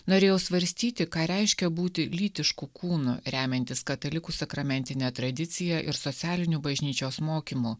norėjau svarstyti ką reiškia būti lytišku kūnu remiantis katalikų sakramentine tradicija ir socialiniu bažnyčios mokymu